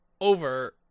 over